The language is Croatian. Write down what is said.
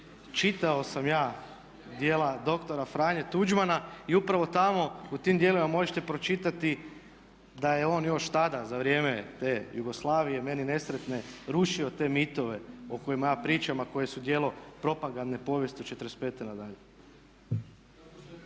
Čitao sam ja djela dr. Franje Tuđmana i upravo tamo u tim dijelovima možete pročitati da je on još tada za vrijeme te Jugoslavije meni nesretne rušio te mitove o kojima ja pričam a koje su djelo propagandne povijesti od '45. na dalje.